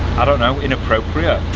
i don't know, inappropriate.